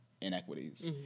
inequities